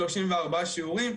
34 שיעורים,